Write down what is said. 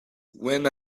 when